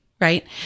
Right